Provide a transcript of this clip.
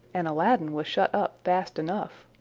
and aladdin was shut up fast enough.